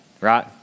right